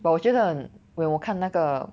but 我觉得 when 我看那个